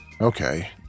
Okay